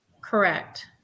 Correct